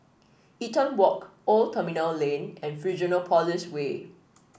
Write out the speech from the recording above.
Eaton Walk Old Terminal Lane and Fusionopolis Way